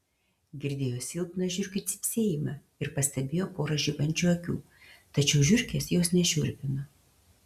girdėjo silpną žiurkių cypsėjimą ir pastebėjo porą žibančių akių tačiau žiurkės jos nešiurpino